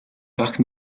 parc